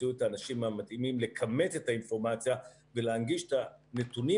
שתמצאו את האנשים המתאימים לכמת את האינפורמציה ולהנגיש את הנתונים